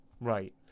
right